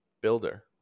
Builder